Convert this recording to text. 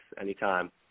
anytime